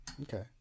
Okay